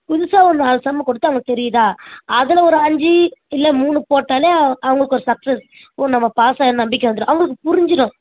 புதுசாக ஒரு நாலு சம்மை கொடுத்து அவங்களுக்கு தெரியிதா அதில் ஒரு அஞ்சு இல்லை மூணு போட்டாலே அவங்களுக்கு ஒரு சக்ஸஸ் ஓ நம்ம பாஸ் ஆகிவிடுவோனு நம்பிக்க வந்துரும் அவங்களுக்கு புரிஞ்சிரும்